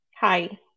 hi